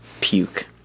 puke